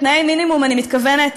בתנאי מינימום אני מתכוונת